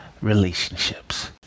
relationships